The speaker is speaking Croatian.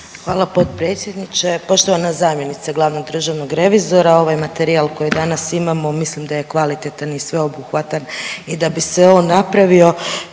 Hvala potpredsjedniče. Poštovana zamjenice glavnog državnog revizora. Ovaj materijal koji danas imamo, mislim da je kvalitetan i sveobuhvatan i da bi se on napravio